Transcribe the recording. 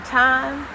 time